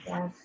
Yes